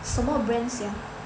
什么 brand sia